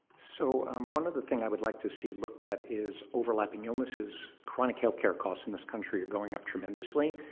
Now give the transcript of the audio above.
so one other thing i would like to see looked at is overlapping illnesses. chronic care healthcare costs in this country are going up tremendously.